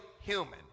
human